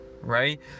right